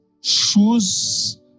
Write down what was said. shoes